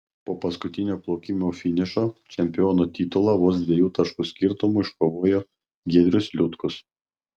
po paskutinio plaukimo finišo čempiono titulą vos dviejų taškų skirtumu iškovojo giedrius liutkus